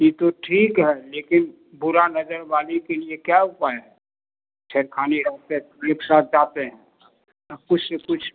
यह तो ठीक है लेकिन बुरी नज़र वालों के लिए क्या उपाय है छेड़खानी रहते एक साथ जाते हैं कुछ ना कुछ